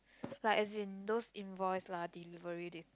like as in those invoice lah delivery date